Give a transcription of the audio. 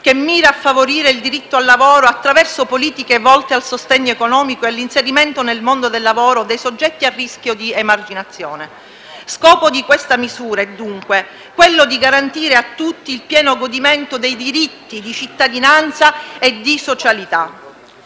che mira a favorire il diritto al lavoro attraverso politiche volte al sostegno economico e all'inserimento nel mondo del lavoro dei soggetti a rischio di emarginazione. Scopo di questa misura è dunque garantire a tutti il pieno godimento dei diritti di cittadinanza e di socialità.